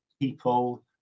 people